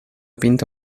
pinta